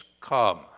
come